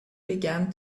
began